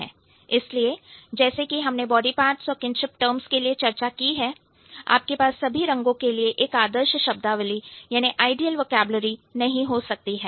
इसलिए जैसे कि हमने बॉडी पार्ट्स और किनशिप टर्म्स के लिए चर्चा की है आपके पास सभी रंगों के लिए एक आदर्श शब्दावली याने आइडियल वोकैबलरी नहीं हो सकती है